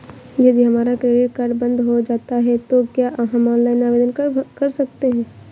यदि हमारा credit card बंद हो जाता है तो क्या हम ऑनलाइन आवेदन कर सकते हैं?